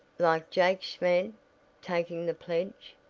like jake schmid taking the pledge.